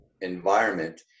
environment